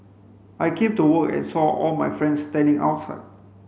I came to work and saw all my friends standing outside